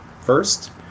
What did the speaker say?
first